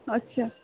আচ্ছা